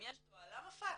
אם יש דוא"ל למה פקס.